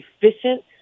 efficient